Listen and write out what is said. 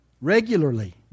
regularly